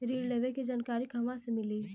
ऋण लेवे के जानकारी कहवा से मिली?